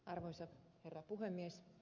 arvoisa herra puhemies